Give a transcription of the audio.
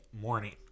morning